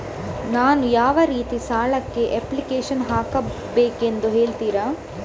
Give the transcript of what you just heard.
ನಾನು ಯಾವ ರೀತಿ ಸಾಲಕ್ಕೆ ಅಪ್ಲಿಕೇಶನ್ ಹಾಕಬೇಕೆಂದು ಹೇಳ್ತಿರಾ?